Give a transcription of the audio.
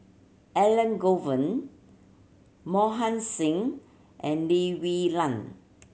Elangovan Mohan Singh and Lee Wee Nam